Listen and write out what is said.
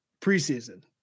preseason